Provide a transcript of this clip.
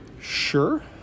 sure